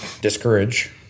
discourage